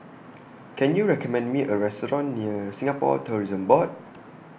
Can YOU recommend Me A Restaurant near Singapore Tourism Board